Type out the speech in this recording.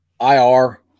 IR